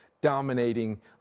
dominating